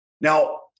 Now